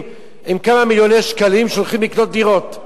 עם כמה מיליוני שקלים שהולכים לקנות דירות.